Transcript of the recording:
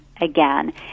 again